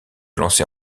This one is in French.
lancer